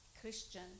Christian